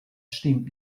stimmt